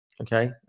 okay